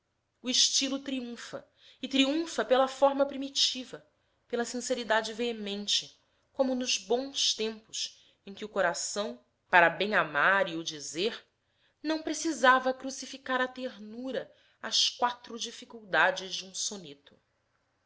o estilo triunfa e triunfa pela forma primitiva pela sinceridade veemente como nos bons tempos em que o coração para bem amar e o dizer não precisava crucificar a ternura as quatro dificuldades de um soneto